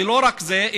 ולא רק זה,